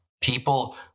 People